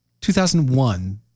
2001